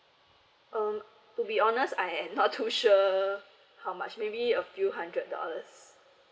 mm to be honest I am not too sure how much maybe a few hundred dollars